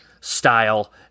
style